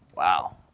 wow